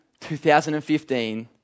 2015